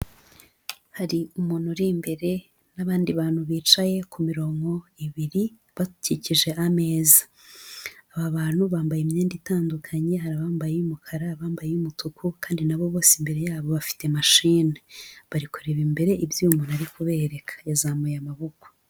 Hari umuntu uri imbere n'abandi bantu bicaye ku mirongo ibiri bakikije ameza, aba bantu bambaye imyenda itandukanye hari abambaye iy'umukara, abambaye umutuku kandi nabo bose imbere yabo bafite machine, bari kureba imbere ibyuma ari kubereka yazamuye amaboko.